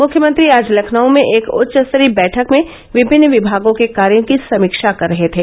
मुख्यमंत्री आज लखनऊ में एक उच्चस्तरीय बैठक में विभिन्न विभागों के कार्यों की समीक्षा कर रहे थे